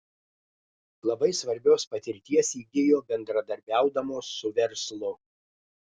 labai svarbios patirties įgijo bendradarbiaudamos su verslu